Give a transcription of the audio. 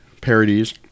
parodies